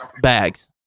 bags